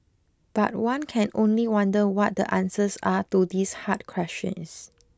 but one can only wonder what the answers are to these hard questions